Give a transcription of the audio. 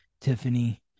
Tiffany